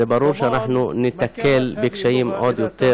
זה ברור שאנחנו ניתקל בקשיים רבים עוד יותר